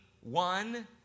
one